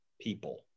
people